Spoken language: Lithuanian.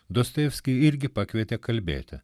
dostojevskį irgi pakvietė kalbėti